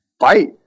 fight